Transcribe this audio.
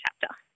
chapter